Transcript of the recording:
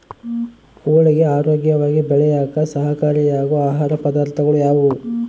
ಕೋಳಿಗೆ ಆರೋಗ್ಯವಾಗಿ ಬೆಳೆಯಾಕ ಸಹಕಾರಿಯಾಗೋ ಆಹಾರ ಪದಾರ್ಥಗಳು ಯಾವುವು?